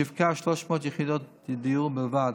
היא שיווקה 300 יחידות דיור בלבד,